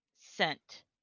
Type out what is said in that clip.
scent